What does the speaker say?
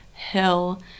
hill